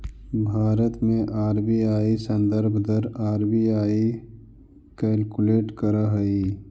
भारत में आर.बी.आई संदर्भ दर आर.बी.आई कैलकुलेट करऽ हइ